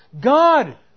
God